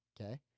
okay